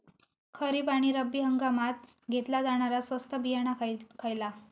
खरीप आणि रब्बी हंगामात घेतला जाणारा स्वस्त बियाणा खयला?